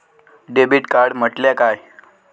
Debit card म्हटल्या काय?